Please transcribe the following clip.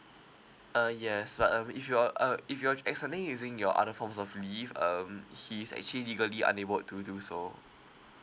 uh yes but um if you are uh if you're extending using your other forms of leave um he's actually legally unable to do so